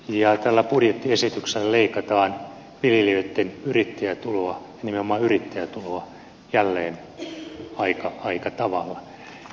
ja tällä budjettiesityksellä leikataan viljelijöitten yrittäjätuloa nimenomaan yrittäjätuloa jälleen aika tavalla